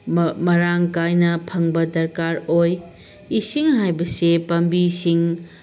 ꯃꯔꯥꯡꯀꯥꯏꯅ ꯐꯪꯕ ꯗꯔꯀꯥꯔ ꯑꯣꯏ ꯏꯁꯤꯡ ꯍꯥꯏꯕꯁꯦ ꯄꯥꯝꯕꯤꯁꯤꯡ